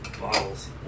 Bottles